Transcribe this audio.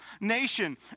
nation